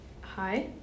hi